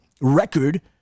record